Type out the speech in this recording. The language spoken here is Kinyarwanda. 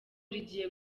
rigiye